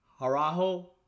Harajo